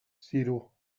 zero